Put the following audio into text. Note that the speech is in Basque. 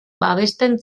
babesten